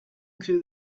through